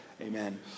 Amen